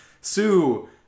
Sue